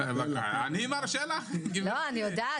חבר הכנסת